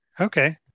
Okay